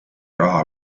raha